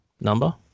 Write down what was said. number